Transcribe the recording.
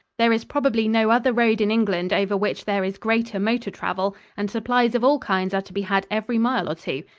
there is probably no other road in england over which there is greater motor travel, and supplies of all kinds are to be had every mile or two.